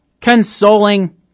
consoling